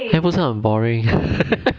then 不是很 boring